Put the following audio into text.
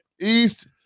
East